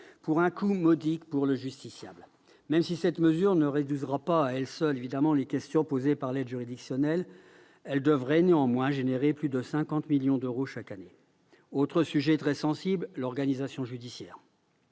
pour un coût modique pour le justiciable. Même si cette mesure ne résoudra pas à elle seule les questions posées par l'aide juridictionnelle, elle devrait néanmoins générer plus de 50 millions d'euros chaque année. Autre sujet très sensible : l'organisation judiciaire.